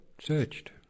searched